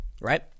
right